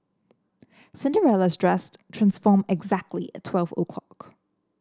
Cinderella's dressed transformed exactly at twelve o'clock